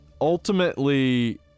ultimately